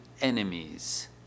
enemies